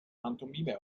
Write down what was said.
pantomime